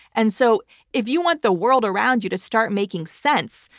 and so if you want the world around you to start making sense,